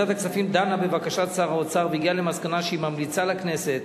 ועדת הכספים דנה בבקשת שר האוצר והגיעה למסקנה שהיא ממליצה לכנסת